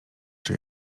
czy